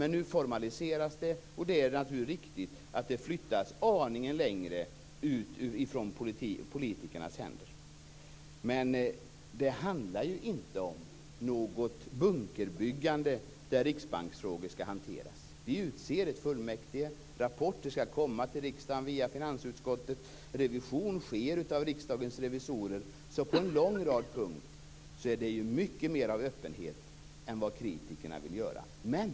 Nu formaliseras det, och det är naturligtvis riktigt att det flyttas aningen längre ut ur politikernas händer. Men det handlar ju inte om något byggande av en bunker där riksbanksfrågor skall hanteras. Vi utser ett fullmäktige, rapporter skall komma till riksdagen via finansutskottet och revision sker av Riksdagens revisorer, så på en lång rad punkter innebär detta mycket mera öppenhet än vad kritikerna vill göra gällande.